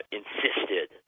insisted